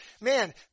man